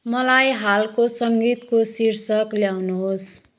मलाई हालको सङ्गीतको शीर्षक ल्याउनुहोस्